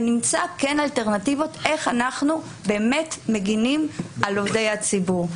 ונמצא אלטרנטיבות להגן על עובדי הציבור.